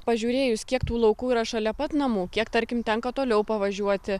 pažiūrėjus kiek tų laukų yra šalia pat namų kiek tarkim tenka toliau pavažiuoti